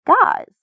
guys